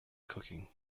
cooking